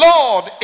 Lord